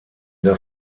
der